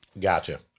Gotcha